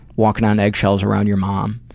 walking on eggshells around your mom,